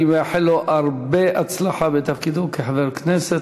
אני מאחל לו הרבה הצלחה בתפקידו כחבר כנסת,